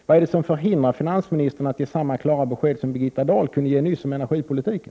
Vad är det som hindrar finansministern att på den här punkten ge samma klara besked som Birgitta Dahl nyss kunde ge om energipolitiken?